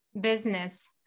business